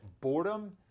boredom